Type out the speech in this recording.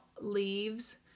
leaves